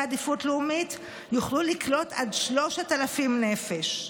עדיפות לאומית יוכלו לקלוט עד 3,000 נפש.